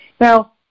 Now